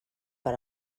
per